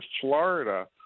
Florida